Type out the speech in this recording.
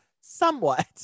somewhat